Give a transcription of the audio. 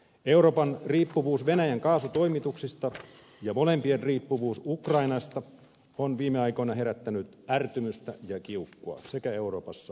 euroopan riippuvuus venäjän kaasutoimituksista ja molempien riippuvuus ukrainasta on viime aikoina herättänyt ärtymystä ja kiukkua sekä euroopassa että venäjällä